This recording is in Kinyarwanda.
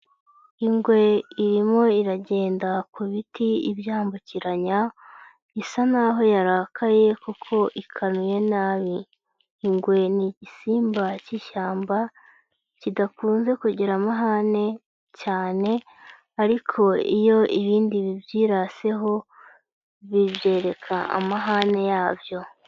Ingwe irimo iragenda ku biti ibyambukiranya, isa n'aho yarakaye kuko ikanuye nabi, ingwe ni igisimba cy'ishyamba kidakunze kugira amahane cyane ariko iyo ibindi bibyiraseho, bibyereka amahane yabyo.